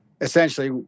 essentially